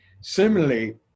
Similarly